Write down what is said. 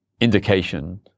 indication